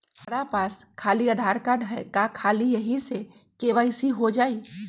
हमरा पास खाली आधार कार्ड है, का ख़ाली यही से के.वाई.सी हो जाइ?